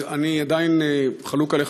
אני עדיין חלוק עליך,